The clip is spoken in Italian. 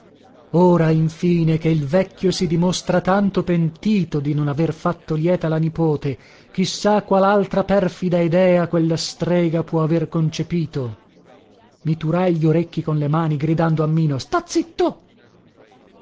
ora infine che il vecchio si dimostra tanto pentito di non aver fatto lieta la nipote chi sa qualaltra perfida idea quella strega può aver concepito i turai gli orecchi con le mani gridando a mino sta zitto